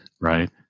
right